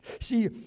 See